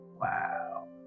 Wow